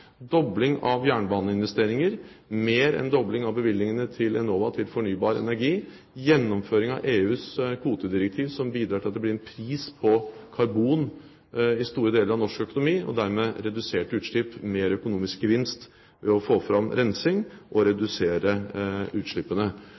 dobling av jernbaneinvesteringer, mer enn en dobling av bevilgningene til Enova til fornybar energi, gjennomføring av EUs kvotedirektiv, som bidrar til at det blir en pris på karbon i store deler av norsk økonomi, og dermed reduserte utslipp, mer økonomisk gevinst ved å få fram rensing og